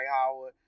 Howard